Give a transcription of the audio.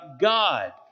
God